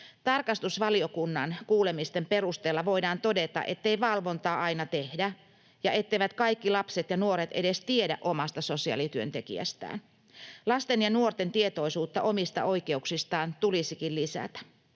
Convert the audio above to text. Tarkastusvaliokunnan kuulemisten perusteella voidaan todeta, ettei valvontaa aina tehdä ja etteivät kaikki lapset ja nuoret edes tiedä omasta sosiaalityöntekijästään. Lasten ja nuorten tietoisuutta omista oikeuksistaan tulisikin lisätä.